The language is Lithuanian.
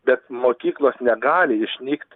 bet mokyklos negali išnykt